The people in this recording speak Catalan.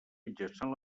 mitjançant